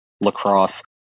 lacrosse